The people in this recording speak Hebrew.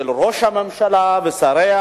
של ראש הממשלה ושל שריה,